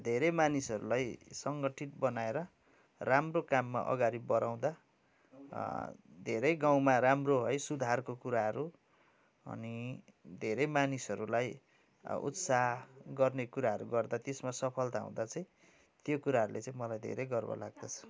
धेरै मानिसहरूलाई सङ्गठित बनाएर राम्रो काममा अघाडि बढाउँदा धेरै गाउँमा राम्रो है सुधारको कुराहरू अनि धेरै मानिसहरूलाई उत्साह गर्ने कुराहरू गर्दा त्यसमा सफलता हुदाँ चाहिँ त्यो कुराहरूले चाहिँ मलाई धेरै गर्व लाग्दछ